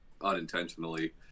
unintentionally